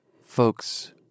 folks